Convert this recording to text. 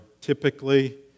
typically